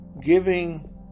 giving